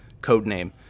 codename